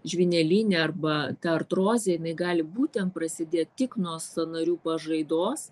žvynelinė arba ta artrozė jinai gali būt ten prasidėt tik nuo sąnarių pažaidos